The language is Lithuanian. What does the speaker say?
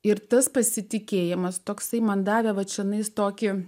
ir tas pasitikėjimas toksai man davė va čionais tokį